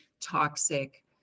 toxic